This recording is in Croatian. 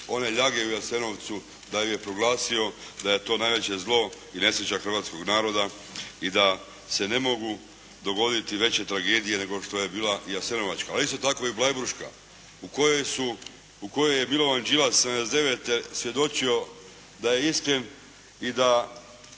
one ljage u Jasenovcu, da ju je proglasio da je to najveće zlo i nesreća hrvatskog naroda i da se ne mogu dogoditi veće tragedije nego što je bila Jasenovačka. Ali isto tako i Bleiburška u kojoj je Milovan Đilas '79. svjedočio da je iskren i da